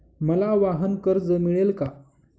मला वाहनकर्ज मिळेल का?